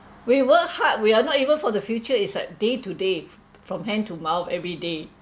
we work hard we are not even for the future is like day to day from hand to mouth everyday